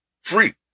free